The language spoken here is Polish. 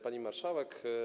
Pani Marszałek!